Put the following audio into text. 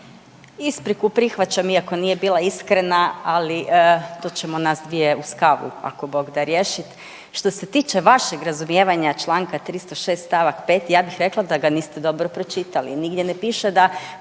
ispriku prihvaćam iako nije bila iskrena, ali to ćemo nas dvije uz kavu ako Bog da riješit. Što se tiče vašeg razumijevanja čl. 306. st. 5. ja bih rekla da ga niste dobro pročitali. Nigdje ne piše da